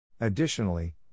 Additionally